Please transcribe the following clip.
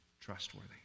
trustworthy